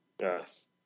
Yes